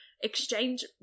exchange